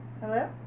Hello